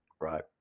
Right